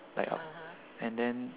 like and then